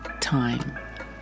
time